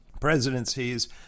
presidencies